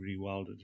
rewilded